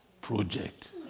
project